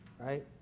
right